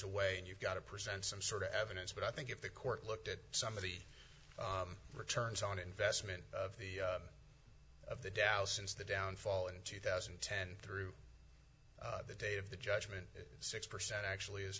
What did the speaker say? away and you've got to present some sort of evidence but i think if the court looked at some of the returns on investment of the of the dow since the downfall in two thousand and ten through the date of the judgment six percent actually is